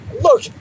Look